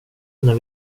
när